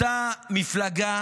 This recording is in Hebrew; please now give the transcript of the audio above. אותה מפלגה